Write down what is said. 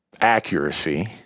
accuracy